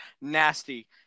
Nasty